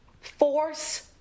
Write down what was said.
force